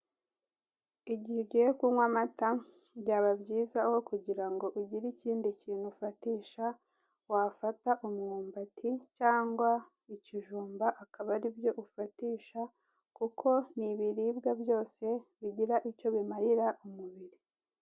Igihe ugiye kunywa amata byaba byiza aho kugira ngo ugire ikindi kintu ufatisha, wafata umwumbati cyangwa ikijumba akaba ari byo ufatisha kuko ni ibiribwa byose bigira icyo bimarira umubiri.